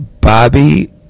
Bobby